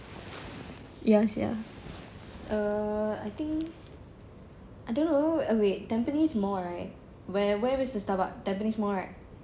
ya sia eh I think I think wait wait wait tampines mall right wher~ where is the starbucks tampines mall right